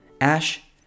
Ash